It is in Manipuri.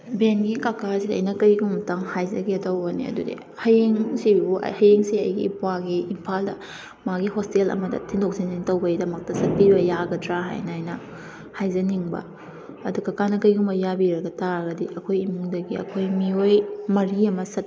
ꯕꯦꯟꯒꯤ ꯀꯥꯀꯥꯁꯤꯗ ꯑꯩꯅ ꯀꯔꯤꯒꯨꯝꯕ ꯑꯃꯇꯪ ꯍꯥꯏꯖꯒꯦ ꯇꯧꯕꯅꯦ ꯑꯗꯨꯗꯤ ꯍꯌꯦꯡꯁꯤꯕꯨ ꯍꯌꯦꯡꯁꯦ ꯑꯩꯒꯤ ꯏꯎꯄ꯭ꯋꯥꯒꯤ ꯏꯝꯐꯥꯜꯗ ꯃꯥꯒꯤ ꯍꯣꯁꯇꯦꯜ ꯑꯃꯗ ꯊꯤꯟꯗꯣꯛ ꯊꯤꯟꯖꯤꯟ ꯇꯧꯕꯒꯤꯗꯃꯛꯇ ꯆꯠꯄꯤꯕ ꯌꯥꯒꯗ꯭ꯔꯥ ꯍꯥꯏꯅ ꯑꯩꯅ ꯍꯥꯏꯖꯅꯤꯡꯕ ꯑꯗꯨ ꯀꯥꯀꯥꯅ ꯀꯔꯤꯒꯨꯝꯕ ꯌꯥꯕꯤꯔꯕ ꯇꯥꯔꯒꯗꯤ ꯑꯩꯈꯣꯏ ꯏꯃꯨꯡꯗꯒꯤ ꯑꯩꯈꯣꯏ ꯃꯤꯑꯣꯏ ꯃꯔꯤ ꯑꯃ